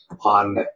on